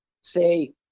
say